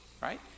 right